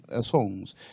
songs